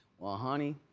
well, honey,